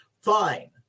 fine